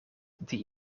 die